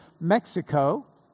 Mexico